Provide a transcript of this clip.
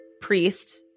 priest –